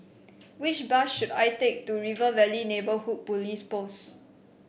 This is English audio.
which bus should I take to River Valley Neighbourhood Police Post